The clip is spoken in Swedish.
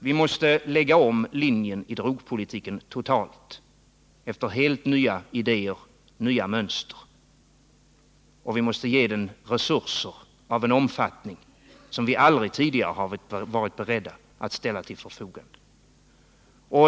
Vi måste helt lägga om drogpolitiken och utforma den efter helt nya idéer och mönster. Vi måste ge den resurser av en omfattning som vi aldrig tidigare varit beredda att ställa till förfogande.